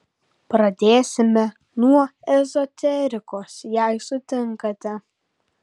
pradėsime nuo ezoterikos jei sutinkate